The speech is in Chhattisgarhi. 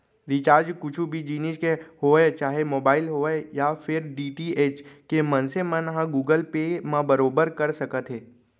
रिचार्ज कुछु भी जिनिस के होवय चाहे मोबाइल होवय या फेर डी.टी.एच के मनसे मन ह गुगल पे म बरोबर कर सकत हे